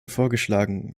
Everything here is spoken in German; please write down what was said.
vorgeschlagen